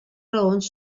raons